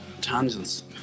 tangents